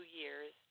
years